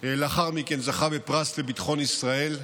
ולאחר מכן זכה בפרס לביטחון ישראל.